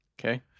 Okay